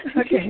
Okay